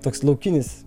toks laukinis